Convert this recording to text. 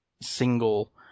single